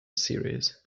series